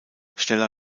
stella